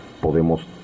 podemos